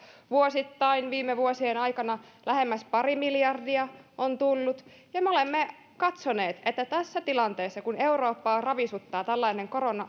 viime vuosien aikana vuosittain lähemmäs pari miljardia on tullut ja me olemme katsoneet että tässä tilanteessa kun eurooppaa ravisuttaa tällainen korona